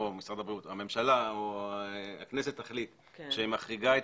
אם הממשלה או הכנסת תחליט שהיא מחריגה את